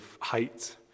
height